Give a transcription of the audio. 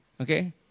okay